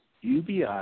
UBI